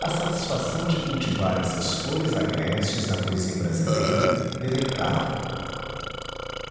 a satisfação de cultivar essas flores agrestes da poesia brasileira deleitava